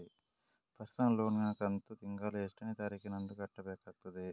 Personal loan ನ ಕಂತು ತಿಂಗಳ ಎಷ್ಟೇ ತಾರೀಕಿನಂದು ಕಟ್ಟಬೇಕಾಗುತ್ತದೆ?